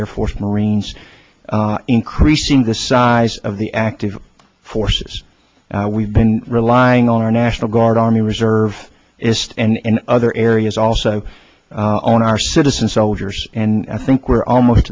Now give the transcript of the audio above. air force marines increasing the size of the active forces we've been relying on our national guard army reserve and in other areas also on our citizen soldiers and i think we're almost